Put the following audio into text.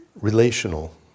relational